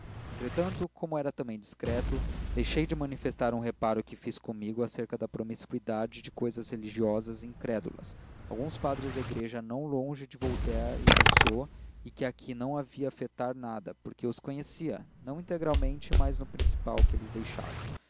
entretanto como era também discreto deixei de manifestar um reparo que fiz comigo acerca de promiscuidade de cousas religiosas e incrédulas alguns padres de igreja não longe de voltaire e rousseau e aqui não havia afetar nada porque os conhecia não integralmente mas no principal que eles deixaram